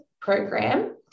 program